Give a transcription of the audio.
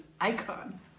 icon